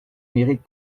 mérite